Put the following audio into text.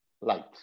light